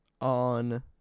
on